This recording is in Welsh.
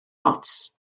ots